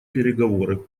переговоры